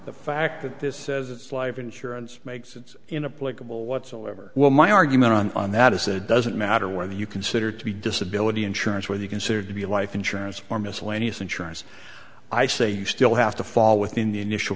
the fact that this says it's life insurance makes sense in a political whatsoever well my argument on on that is it doesn't matter whether you consider to be disability insurance whether you consider to be a life insurance or miscellaneous insurance i say you still have to fall within the initial